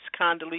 Condoleezza